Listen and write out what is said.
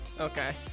Okay